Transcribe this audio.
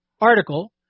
article